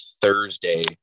Thursday